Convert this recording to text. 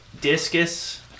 discus